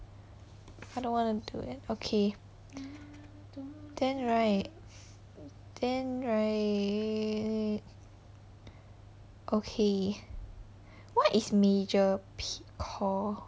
I don't wanna do it okay then right then right okay what is major P core